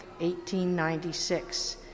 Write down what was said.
1896